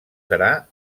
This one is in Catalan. serà